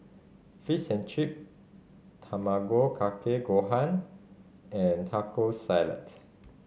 Fish and Chip Tamago Kake Gohan and Taco Salad